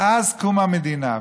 מאז קום המדינה,